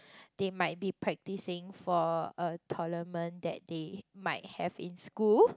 they might be practicing for a tournament that they might have in school